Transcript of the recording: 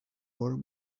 were